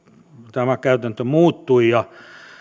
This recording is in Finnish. tämä käytäntö muuttui ja